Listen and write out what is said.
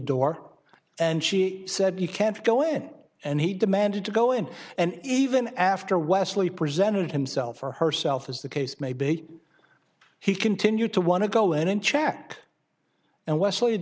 door and she said you can't go in and he demanded to go in and even after wesley presented himself or herself as the case may be he continued to want to go in checked and wesley